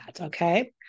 okay